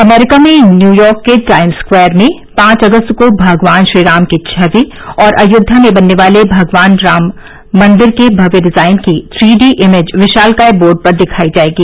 अमरीका में न्यूयॉर्क के Times Square में पांच अगस्त को भगवान राम की छवि और अयोध्या में बनने वाले भव्य राम मंदिर के डिजाइन की थ्री डी इमेज विशालकाय बोर्ड पर दिखाई जाएगी